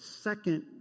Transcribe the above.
second